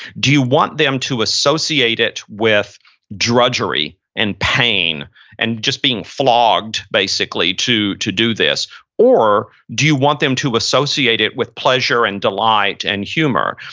do you want them to associate it with drudgery and pain and just being flogged basically to to do this or do you want them to associate it with pleasure and delight and humor?